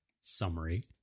summary